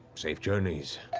safe journeys.